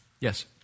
Yes